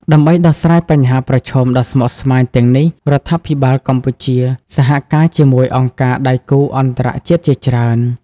ដើម្បីដោះស្រាយបញ្ហាប្រឈមដ៏ស្មុគស្មាញទាំងនេះ រដ្ឋាភិបាលកម្ពុជា សហការជាមួយអង្គការដៃគូអន្តរជាតិជាច្រើន។